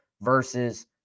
versus